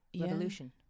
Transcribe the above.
revolution